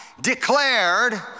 declared